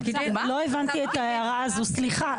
לא הבנתי את ההערה הזאת, סליחה.